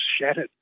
shattered